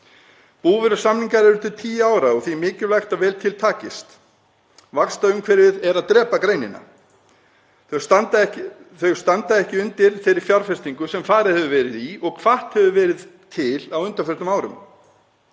Búvörusamningar eru til 10 ára og því mikilvægt að vel til takist. Vaxtaumhverfið er að drepa greinina. Bændur standa ekki undir þeirri fjárfestingu sem farið hefur verið í og hvatt hefur verið til á undanförnum árum.